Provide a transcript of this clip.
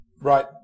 right